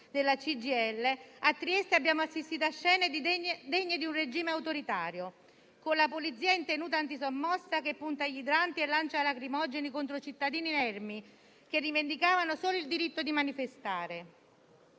della CGIL, a Trieste abbiamo assistito a scene degne di un regime autoritario, con la polizia in tenuta antisommossa che punta gli idranti e lancia lacrimogeni contro cittadini inermi, che rivendicavano solo il diritto di manifestare.